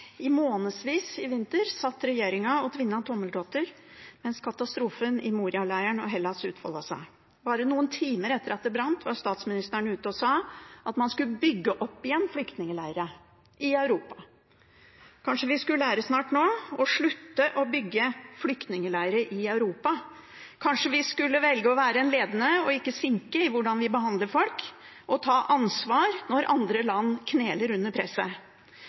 I månedsvis i vinter satt regjeringen og tvinnet tommeltotter mens katastrofen i Moria-leiren og Hellas utfoldet seg. Bare noen timer etter at det brant, var statsministeren ute og sa at man skulle bygge opp igjen flyktningleirer i Europa. Kanskje vi nå snart skulle slutte å bygge flyktningleirer i Europa. Kanskje vi skulle velge å være ledende og ikke en sinke i hvordan vi behandler folk, og ta ansvar når andre land kneler under presset.